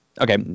okay